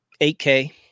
8K